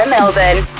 Melbourne